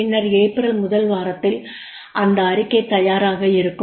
பின்னர் ஏப்ரல் முதல் வாரத்தில் அந்த அறிக்கை தயாராக இருக்கும்